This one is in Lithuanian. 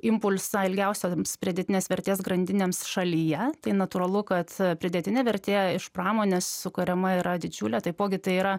impulsą ilgiausioms pridėtinės vertės grandinėms šalyje tai natūralu kad pridėtinė vertė iš pramonės sukuriama yra didžiulė taipogi tai yra